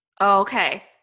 Okay